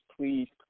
please